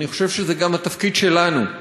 אני חושב שזה גם התפקיד שלנו,